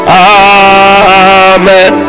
amen